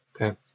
Okay